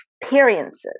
experiences